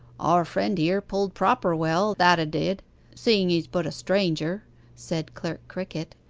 our friend here pulled proper well that a did seeing he's but a stranger said clerk crickett,